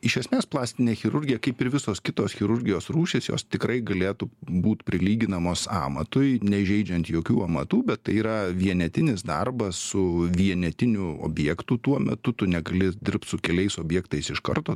iš esmės plastinė chirurgija kaip ir visos kitos chirurgijos rūšis jos tikrai galėtų būt prilyginamos amatui neįžeidžiant jokių amatų bet tai yra vienetinis darbas su vienetiniu objektu tuo metu tu negali dirbt su keliais objektais iš karto